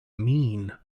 mean